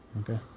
Okay